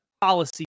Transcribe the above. policy